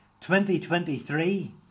2023